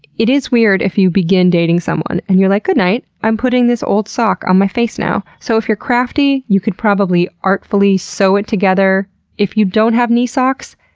it is weird if you begin dating someone and you're like, goodnight. i'm putting this old sock on my face now. so if you're crafty you could probably artfully sew it together. and if you don't have knee-socks,